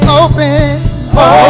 open